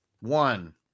One